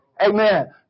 Amen